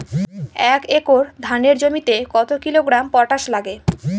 এক একর ধানের জমিতে কত কিলোগ্রাম পটাশ লাগে?